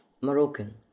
Moroccan